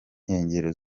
nkengero